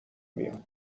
میاد